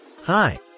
Hi